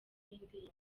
y’indirimbo